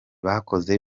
bakoze